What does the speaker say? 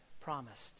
promised